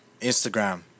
Instagram